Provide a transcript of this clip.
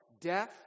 death